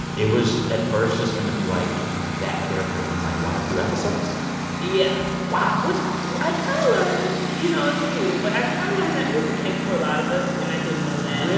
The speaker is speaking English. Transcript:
it was at first just going to be, like, that character in, like, one or two episodes yeah. wow. which i kind of learned you know, it's cool, but i kind of learned that was the case for a lot of us. and i didn't know that